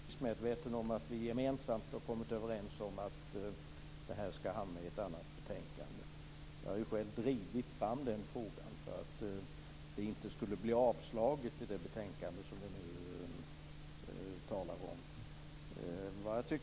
Herr talman! Jag är naturligtvis medveten om att vi gemensamt har kommit överens om att detta skall hamna i ett annat betänkande. Jag har själv drivit fram frågan för att det inte skulle bli avslag beträffande det betänkande som vi nu diskuterar.